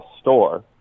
store